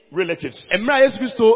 relatives